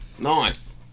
Nice